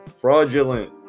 Fraudulent